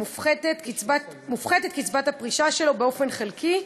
מופחתת קצבת הפרישה שלו באופן חלקי,